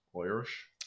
Irish